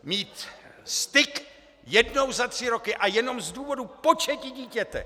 ... mít styk jednou za tři roky a jenom z důvodu početí dítěte!